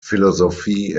philosophy